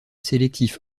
sélectif